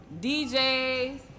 DJs